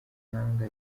mahanga